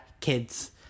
kids